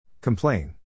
Complain